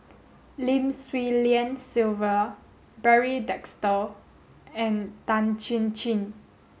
Lim Swee Lian Sylvia Barry and Tan Chin Chin